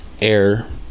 air